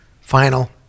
final